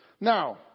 Now